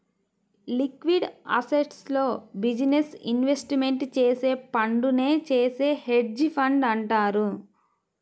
liquid అసెట్స్లో business investment చేసే ఫండునే చేసే హెడ్జ్ ఫండ్ అంటారు